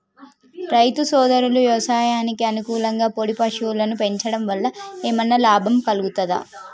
రైతు సోదరులు వ్యవసాయానికి అనుకూలంగా పాడి పశువులను పెంచడం వల్ల ఏమన్నా లాభం కలుగుతదా?